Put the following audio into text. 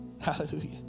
Hallelujah